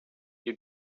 you